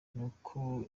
nuko